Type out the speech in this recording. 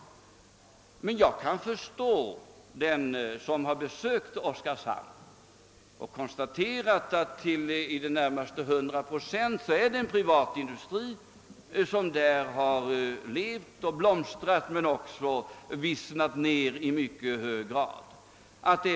Och jag kan förstå ledarskribenten, om vederbörande har varit i Oskarshamn och konstaterat att man där till närmare 100 procent har haft en privatindustri som levat och blomstrat men som sedan i mycket hög grad vissnat ned.